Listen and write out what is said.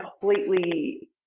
completely